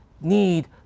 need